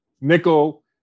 nickel